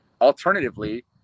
Alternatively